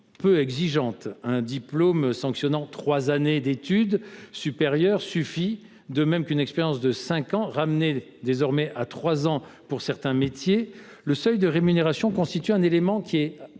peu exigeante – un diplôme sanctionnant trois années d’études supérieures suffit, de même qu’une expérience de cinq ans, ramenée désormais à trois ans pour certains métiers –, le seuil de rémunération constitue un élément